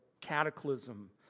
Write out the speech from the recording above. cataclysm